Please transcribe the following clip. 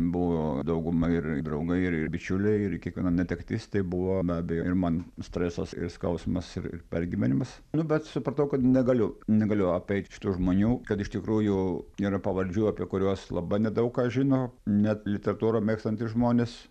buvo dauguma ir draugai ir bičiuliai ir kiekviena netektis tai buvo be abejo ir man stresas ir skausmas ir ir pergyvenimas nu bet supratau kad negaliu negaliu peikt šitų žmonių kad iš tikrųjų yra pavardžių apie kuriuos labai nedaug kas žino net literatūrą mėgstantys žmonės